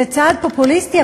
זה צעד פופוליסטי.